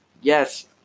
Yes